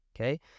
okay